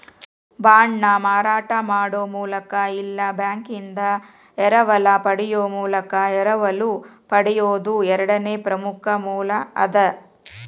ಬಾಂಡ್ನ ಮಾರಾಟ ಮಾಡೊ ಮೂಲಕ ಇಲ್ಲಾ ಬ್ಯಾಂಕಿಂದಾ ಎರವಲ ಪಡೆಯೊ ಮೂಲಕ ಎರವಲು ಪಡೆಯೊದು ಎರಡನೇ ಪ್ರಮುಖ ಮೂಲ ಅದ